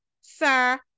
sir